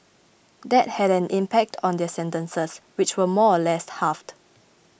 that had an impact on their sentences which were more or less halved